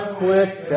quick